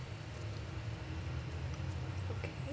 okay